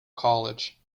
college